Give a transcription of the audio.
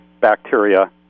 bacteria